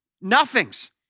nothings